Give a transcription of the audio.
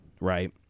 right